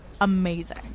amazing